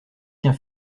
qu’un